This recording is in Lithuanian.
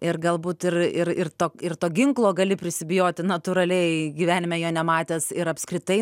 ir galbūt ir ir ir to ir to ginklo gali prisibijoti natūraliai gyvenime jo nematęs ir apskritai